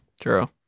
True